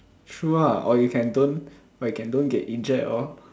true ah or you can don't like can don't get injured at all